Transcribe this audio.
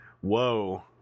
Whoa